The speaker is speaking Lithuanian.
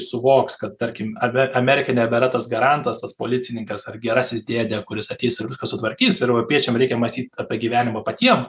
suvoks kad tarkim ame amerika nebėra tas garantas tas policininkas ar gerasis dėdė kuris ateis ir viską sutvarkys ir europiečiam reikia mąstyt apie gyvenimą patiem